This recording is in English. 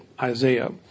Isaiah